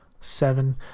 seven